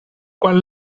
quan